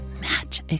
match